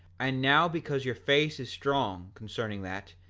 and now because your faith is strong concerning that,